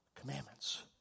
commandments